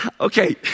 okay